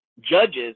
judges